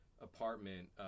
apartment